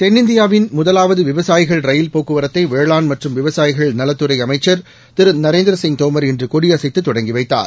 தென்னிந்தியாவின் முதவாவது விவசாயிகள் ரயில் போக்குவரத்தை வேளாண் மற்றும் விவசாயிகள் நலத்துறை அமைச்சர் திரு நரேந்திரசிங் தோமர் இன்று கொடியசைத்து தொடங்கி வைத்தார்